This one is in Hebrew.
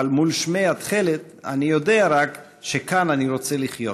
אבל / מול שמי התכלת / אני יודע רק שכאן אני רוצה לחיות".